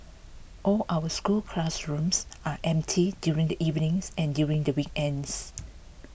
all our school classrooms are empty during the evenings and during the weekends